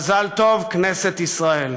מזל טוב, כנסת ישראל.